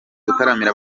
gutaramira